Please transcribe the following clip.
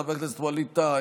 חבר הכנסת ווליד טאהא,